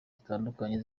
zitandukanye